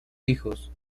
hijos